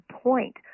point